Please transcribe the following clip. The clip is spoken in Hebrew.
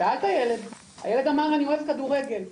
הילד אמר אני אוהב כדורגל.